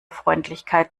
freundlichkeit